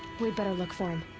we'd better look for him.